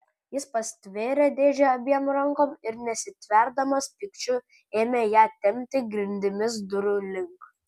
jis pastvėrė dėžę abiem rankom ir nesitverdamas pykčiu ėmė ją tempti grindimis durų link